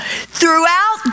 throughout